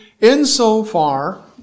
insofar